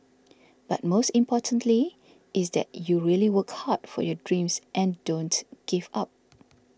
but most importantly is that you really work hard for your dreams and don't give up